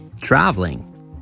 traveling